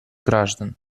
граждан